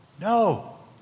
no